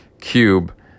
cube